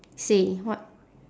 say what